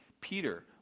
Peter